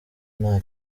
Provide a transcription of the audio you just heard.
nta